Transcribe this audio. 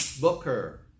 booker